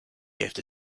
gave